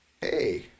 Hey